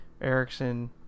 Erickson